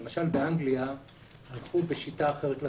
באנגליה למשל הלכו בשיטה אחרת לחלוטין.